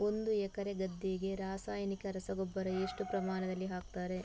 ಒಂದು ಎಕರೆ ಗದ್ದೆಗೆ ರಾಸಾಯನಿಕ ರಸಗೊಬ್ಬರ ಎಷ್ಟು ಪ್ರಮಾಣದಲ್ಲಿ ಹಾಕುತ್ತಾರೆ?